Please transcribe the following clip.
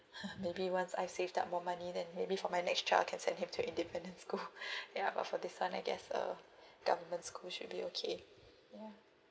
maybe once I save up more money then maybe for my next child I can send him to independent school yup but for this one I guess uh government school should be okay ya